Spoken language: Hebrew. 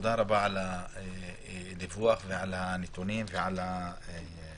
תודה רבה על הדיווח, על הנתונים ועל החוברת.